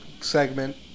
segment